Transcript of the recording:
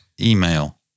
email